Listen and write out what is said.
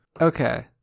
Okay